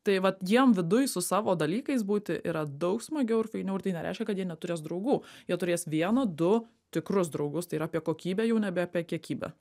tai vat jiem viduj su savo dalykais būti yra daug smagiau ir fainiau ir tai nereiškia kad jie neturės draugų jie turės vieną du tikrus draugus tai yra apie kokybę jau nebe apie kiekybę